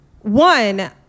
one